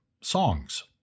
songs